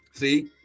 See